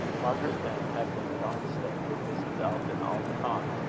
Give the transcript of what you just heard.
margaret, then, had been at arnstead with mrs. elton all the time.